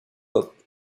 pop